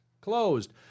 closed